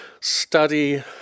study